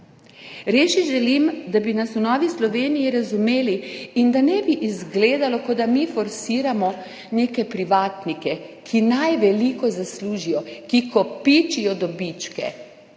Res si želim, da bi nas v Novi Sloveniji razumeli in da ne bi izgledalo, kot da mi forsiramo neke privatnike, ki naj veliko zaslužijo, ki kopičijo dobičke.